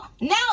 now